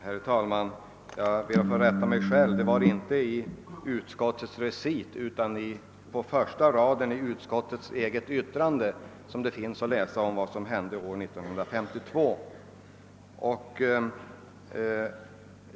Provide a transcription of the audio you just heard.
Herr talman! Jag ber att få rätta mig själv. Det var inte i reciten utan på första raden i utskottets eget yttrande som det står att läsa om vad som hände i lokaliseringsfrågan år 1952.